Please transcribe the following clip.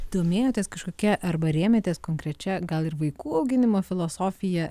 domėjotės kažkokia arba rėmėtės konkrečia gal ir vaikų auginimo filosofija